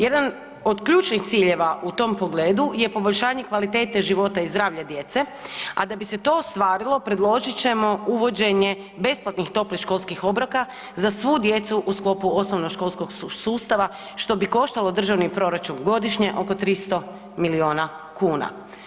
Jedan od ključnih ciljeva u tom pogledu je poboljšanje kvalitete života i zdravlja djece, a da bi se to ostvarilo predložit ćemo uvođenje besplatnih toplih školskih obroka za svu djecu u sklopu osnovnoškolskog sustava što bi koštalo državni proračun godišnje oko 300 milijuna kuna.